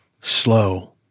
slow